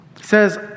says